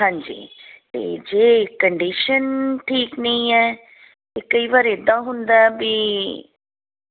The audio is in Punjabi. ਹਾਂਜੀ ਅਤੇ ਜੇ ਕੰਡੀਸ਼ਨ ਠੀਕ ਨਹੀਂ ਹੈ ਤਾਂ ਕਈ ਵਾਰ ਇੱਦਾਂ ਹੁੰਦਾ ਵੀ